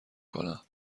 کنم